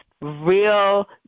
real